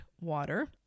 water